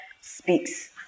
speaks